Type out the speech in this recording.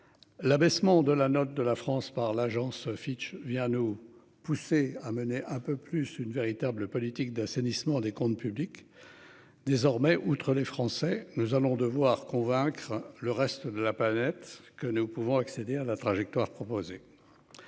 L'abaissement de la note de la France par l'agence Fitch vient nous pousser à mener un peu plus une véritable politique d'assainissement des comptes publics. Désormais, outre les Français nous allons devoir convaincre le reste de la planète que nous pouvons accéder à la trajectoire proposer.